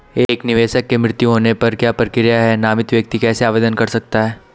एक निवेशक के मृत्यु होने पर क्या प्रक्रिया है नामित व्यक्ति कैसे आवेदन कर सकता है?